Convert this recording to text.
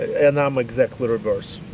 and i'm exactly reversed.